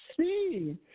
see